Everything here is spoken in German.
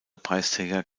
preisträger